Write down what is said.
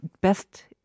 Best